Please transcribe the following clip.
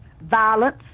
violence